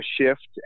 shift